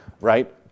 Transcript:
right